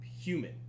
human